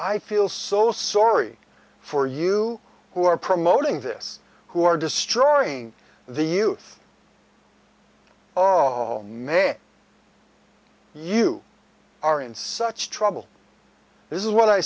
i feel so sorry for you who are promoting this who are destroying the youth oh man you are in such trouble this is what i